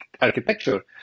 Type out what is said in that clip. architecture